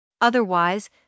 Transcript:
Otherwise